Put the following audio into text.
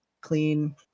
Clean